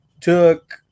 took –